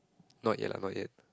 not yet lah not yet